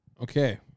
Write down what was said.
Okay